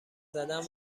زدن